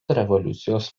revoliucijos